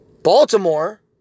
Baltimore